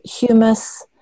humus